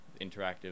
interactive